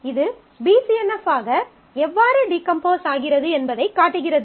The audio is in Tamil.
இது BCNF ஆக எவ்வாறு டீகம்போஸ் ஆகிறது என்பதைக் காட்டுகிறது